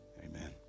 Amen